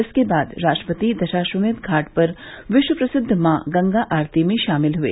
इसके बाद राष्ट्रपति दशाश्वमेघ घाट पर विश्व प्रसिद्व मां गंगा आरती में शामिल हुए